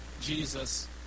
Jesus